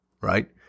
right